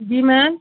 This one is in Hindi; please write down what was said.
जी मैम